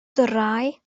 drei